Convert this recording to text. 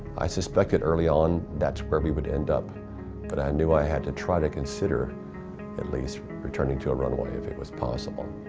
i suspected early on that's where we would end up but i knew i had to try to consider at least returning to a runway if it was possible.